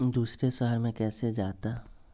दूसरे शहर मे कैसे जाता?